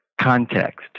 context